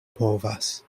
povas